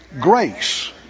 Grace